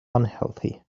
unhealthy